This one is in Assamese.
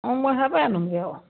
অঁ মই সেয়াৰপৰাই আনোঁগৈ আকৌ